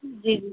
جی جی